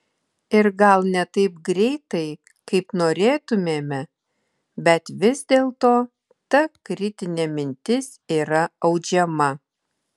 ir gal ne taip greitai kaip norėtumėme bet vis dėlto ta kritinė mintis yra audžiama